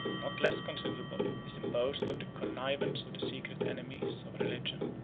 not less considerable, is imposed on the connivance of the secret enemies of religion,